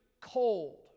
cold